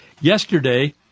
Yesterday